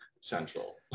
central